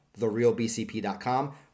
TherealBCP.com